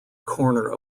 corner